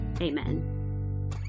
amen